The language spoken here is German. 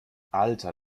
alter